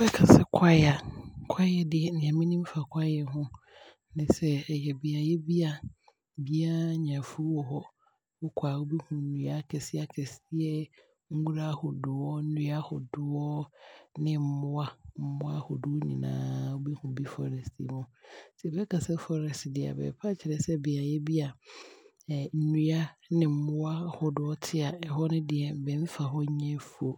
Bɛkasɛ kwaeɛ a, kwaeɛ deɛ, neɛ me nim fa kwaeɛ ho ne sɛ ɛyɛ beaeɛ bi a, biaa nnyɛ afuo wɔ hɔ, wokɔ a wobɛhu nnua akeseɛ akeseɛ, nnwura ahodoɔɔ, nnua ahodoɔɔ ne mmoa, mmoa ahodoɔ nyinaa wobɛhu bi forest mu. Nti bɛkasɛ forest a, bɛɛpɛ akyerɛ sɛ beaeɛ bi a nnua ne mmoa ahodoɔ te a, ɛhɔ no deɛ bɛmmfa hɔ nnyɛ aafuo.